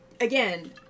again